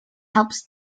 helps